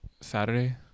saturday